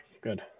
good